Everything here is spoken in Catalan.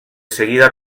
seguida